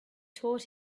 taught